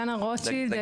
דנה רוטשילד,